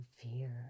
fear